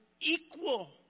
equal